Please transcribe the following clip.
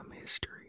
History